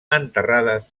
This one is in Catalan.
enterrades